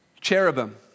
Cherubim